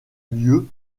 lieu